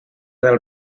del